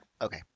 okay